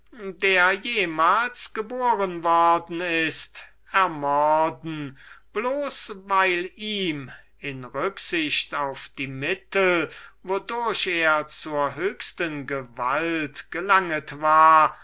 der jemals geboren worden ist ermorden weil ihm in rücksicht auf die mittel wodurch er zur höchsten gewalt gelanget war